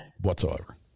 whatsoever